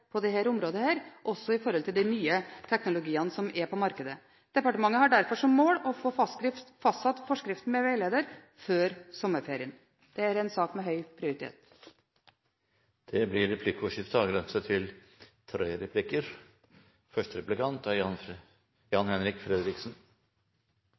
på dette området, også med tanke på de nye teknologiene som er på markedet. Departementet har derfor som mål å få fastsatt forskriften med veileder før sommerferien. Dette er en sak med høy prioritet. Det blir replikkordskifte. IKT-Norge har mer eller mindre slaktet dagens graveforskrifter, og mener at de er